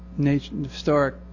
historic